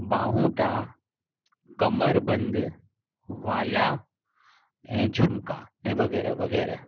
ॿाहूंटा कमरि बंदि वाला ऐं झुमका ऐं वग़ैरह वग़ैरह